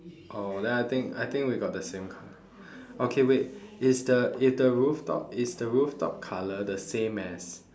oh then I think I think we got the same colour okay wait is the is the rooftop is the roof top colour the same as